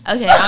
Okay